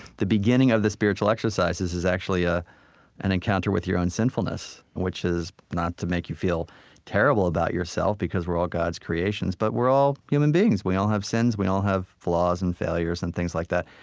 the beginning of the spiritual exercises is actually ah an encounter with your own sinfulness, which is not to make you feel terrible about yourself, because we're all god's creations, but we're all human beings we all have sins. we all have flaws and failures and things like that.